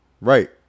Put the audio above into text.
Right